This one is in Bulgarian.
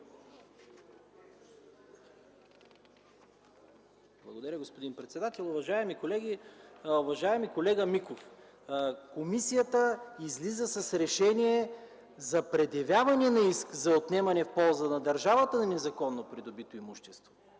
Благодаря, господин председател. Уважаеми колеги, уважаеми колега Миков! Комисията излиза с решение за предявяване на иск за отнемане в полза на държавата на незаконно придобито имущество.